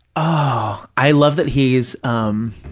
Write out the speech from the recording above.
oh, i love that he's, um